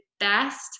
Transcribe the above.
best